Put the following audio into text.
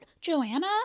Joanna